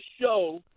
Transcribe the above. show